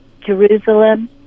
Jerusalem